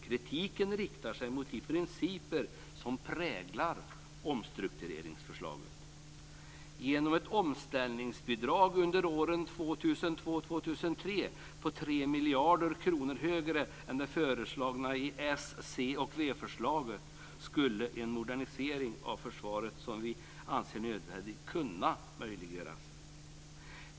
Kritiken riktar sig mot de principer som präglar omstruktureringsförslaget. Genom ett omställningsbidrag under åren 2002-2003 på 3 miljarder kronor mer än det föreslagna i s-, c och v-förslaget skulle den modernisering av försvaret som vi anser nödvändig kunna möjliggöras.